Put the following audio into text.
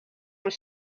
were